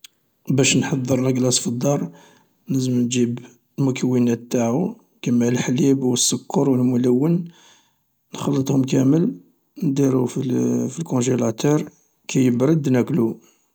باش نحضر لاغلاص في الدار لازم نجيب المكونات انتاعو كما لحليب و السكر و الملون نخلطهم كامل نديرو في الكونجيلاتور كي يبرد ناكلو.